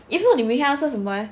if not 你明天要吃什么 leh